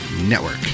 Network